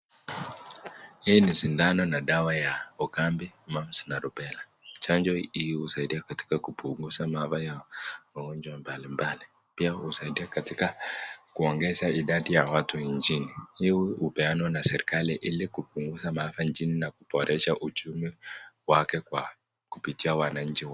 Hii ni sindano na dawa ya ukambi, mumps na rubella . Chanjo hii husaidia katika kupunguza maafa ya magonjwa mbalimbali. Pia husaidia katika kuongeza idadi ya watu nchini. Hii hupeanwa na serikali ili kupunguza maafa nchini na kuboresha uchumi wake kwa kupitia wananchi.